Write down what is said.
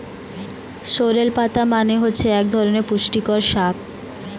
sorrel পাতা মানে হচ্ছে এক ধরনের পুষ্টিকর শাক